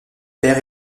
père